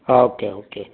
okay okay